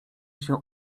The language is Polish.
się